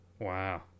Wow